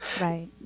right